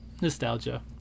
Nostalgia